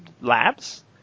labs